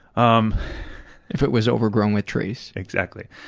um if it was overgrown with trees. exactly.